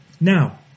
Now